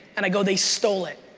and i go, they stole it.